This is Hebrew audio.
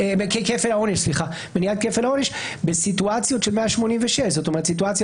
כפל העונש בסיטואציה של סעיף 186. זאת אומרת,